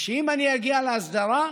ושאם אני אגיע להסדרה,